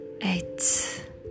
Eight